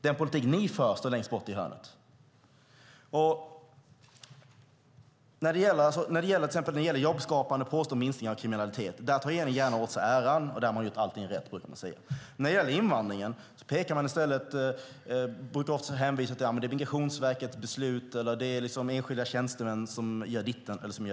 Den politik ni för innebär att Sverige står längst bort i hörnet. När det gäller jobbskapande och påstådd minskning av kriminaliteten tar regeringen gärna åt sig äran; där har man gjort allting rätt. När det gäller invandringen brukar man i stället hänvisa till att det är Migrationsverkets beslut eller till enskilda tjänstemän som gör dittan eller dattan.